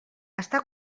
està